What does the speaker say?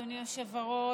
אדוני היושב-ראש,